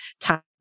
time